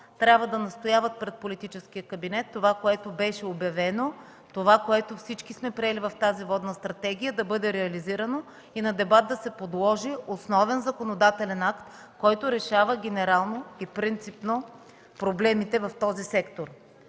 трябва да настояват пред политическия кабинет това, което беше обявено, което всички сме приели в тази „Водна стратегия” да бъде реализирано и да се подложи на дебат основен законодателен акт, който решава генерално и принципно проблемите в този сектор.